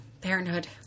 parenthood